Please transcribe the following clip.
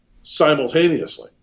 simultaneously